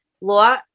law